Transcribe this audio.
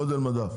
גודל מדף.